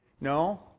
No